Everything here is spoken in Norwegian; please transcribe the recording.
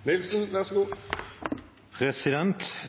meg si det sånn: Hvis ikke vi som står her og taler